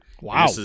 Wow